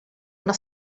una